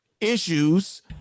issues